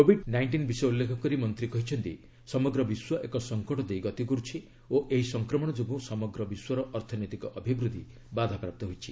Covid nineteen ବିଷୟ ଉଲ୍ଲେଖ କରି ମନ୍ତ୍ରୀ କହିଛନ୍ତି ସମଗ୍ର ବିଶ୍ୱ ଏକ ସଂକଟ ଦେଇ ଗତି କରୁଛି ଓ ଏହି ସଂକ୍ରମଣ ଯୋଗୁଁ ସମଗ୍ର ବିଶ୍ୱର ଅର୍ଥନୈତିକ ଅଭିବୃଦ୍ଧି ବାଧାପ୍ରାପ୍ତ ହୋଇଛି